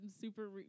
super